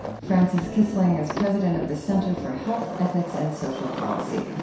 frances kissling is president of the center for health, ethics and social policy.